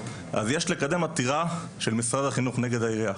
אז יש לקדם עתירה של משרד החינוך נגד העירייה,